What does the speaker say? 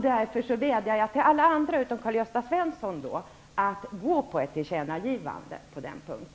Därför vädjar jag till alla andra att yrka på ett tillkännagivande på denna punkt.